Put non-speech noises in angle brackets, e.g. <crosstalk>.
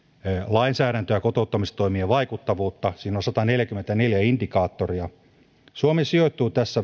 lainsäädäntöä sekä kotouttamistoimien vaikuttavuutta on sataneljäkymmentäneljä indikaattoria suomi sijoittui tässä <unintelligible>